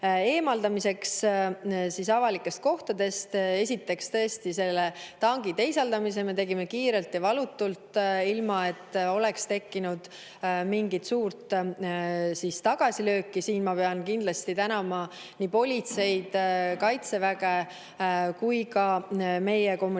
eemaldamiseks avalikest kohtadest. Esiteks, tõesti, selle tanki teisaldamise me tegime kiirelt ja valutult, ilma et oleks tekkinud mingit suurt tagasilööki. Ma pean kindlasti tänama nii politseid, Kaitseväge kui ka meie kommunikatsiooniinimesi.